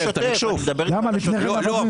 אני מדבר איתך על השוטף.